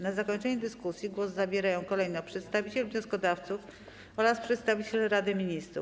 Na zakończenie dyskusji głos zabierają kolejno przedstawiciel wnioskodawców oraz przedstawiciel Rady Ministrów.